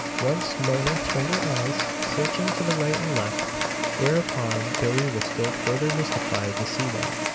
once mona turned her eyes searching to the right and left whereupon billie was still further mystified to see that,